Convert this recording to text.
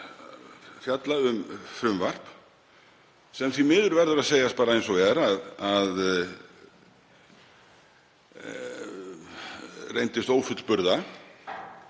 fjalla um frumvarp sem því miður verður að segjast eins og er að reyndist ófullburða.